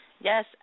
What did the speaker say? Yes